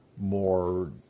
more